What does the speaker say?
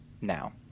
now